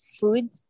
food